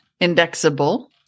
indexable